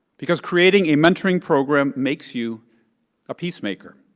because creating a mentoring program makes you a peacemaker.